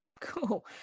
Cool